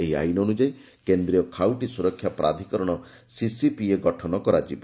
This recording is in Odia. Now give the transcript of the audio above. ଏହି ଆଇନ ଅନୁଯାୟୀ କେନ୍ଦୀୟ ଖାଉଟି ସୁରକ୍ଷା ପ୍ରାଧିକରଣ ସିସିପିଏ ଗଠନ କରାଯିବ